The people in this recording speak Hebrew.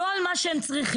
לא על מה שהם צריכים,